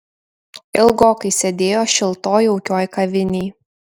ilgokai sėdėjo šiltoj jaukioj kavinėj